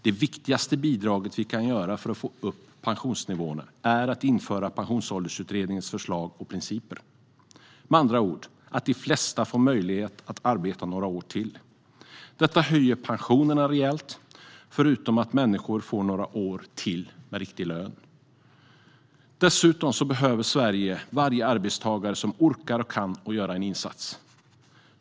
Det viktigaste bidrag vi kan göra för att få upp pensionsnivåerna är att införa pensionsåldersutredningens förslag och principer, med andra ord: att de flesta får möjligheten att arbeta några år till. Detta höjer pensionerna rejält, förutom att människor får några år till med riktig lön. Dessutom behöver Sverige varje arbetstagare som orkar och kan göra en insats.